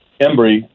Embry